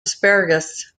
asparagus